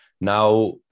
now